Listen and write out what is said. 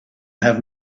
have